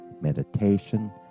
meditation